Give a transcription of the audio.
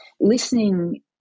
listening